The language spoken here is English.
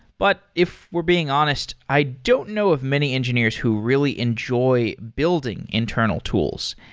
but if we're being honest, i don't know of many engineers who really enjoy building internal tools.